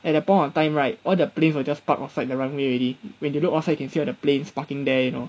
at that point of time right all the planes will just park outside the runway already when you look outside you can see all the planes parking there you know